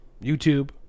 YouTube